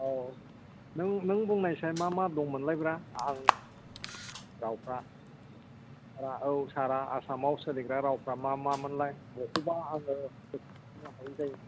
औ नों नों बुंनायसाय मा मा दंमोनलायब्रा आं रावफ्रा रा औ सारा आसामाव सोलिग्रा रावफ्रा मा मा मोनलाय बखौबा आङो